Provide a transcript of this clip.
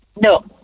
No